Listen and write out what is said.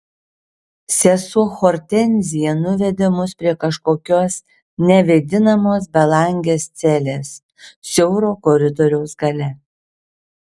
sesuo hortenzija nuvedė mus prie kažkokios nevėdinamos belangės celės siauro koridoriaus gale